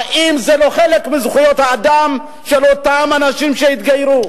האם זה לא חלק מזכויות האדם של אותם אנשים שהתגיירו?